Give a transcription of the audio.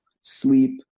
sleep